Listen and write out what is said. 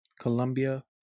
Colombia